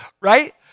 right